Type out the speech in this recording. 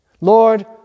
Lord